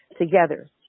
together